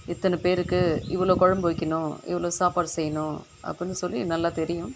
இத்தனை பேருக்கு இவ்வளோ கொழம்பு வைக்கணும் இவ்வளோ சாப்பாடு செய்யணும் அப்படினு சொல்லி நல்லா தெரியும்